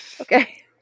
Okay